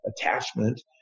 attachment